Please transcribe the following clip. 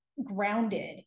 grounded